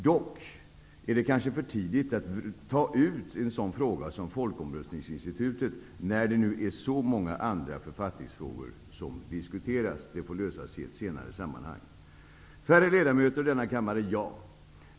Dock är det kanske för tidigt att ta ut en sådan fråga som folkomröstningsinstitutet när det är så många andra författningsfrågor som diskuteras. Det får lösas i ett senare sammanhang. Färre ledamöter i denna kammare -- ja.